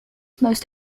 most